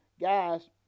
guys